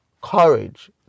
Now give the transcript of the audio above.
courage